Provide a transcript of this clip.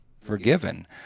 forgiven